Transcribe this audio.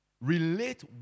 relate